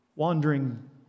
Wandering